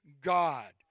God